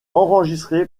enregistré